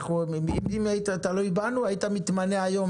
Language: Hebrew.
אם זה היה תלוי בנו היית מתמנה היום